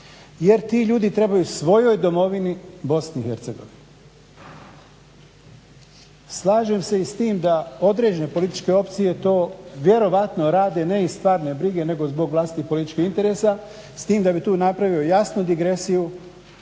jer ti ljudi trebaju svojoj Domovini BiH. Slažem se i s tim da određene političke opcije to vjerojatno rade ne iz stvarne brige nego zbog vlastitih političkih interesa s tim da bih tu napravio jasnu digresiju